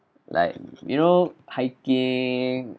like you know hiking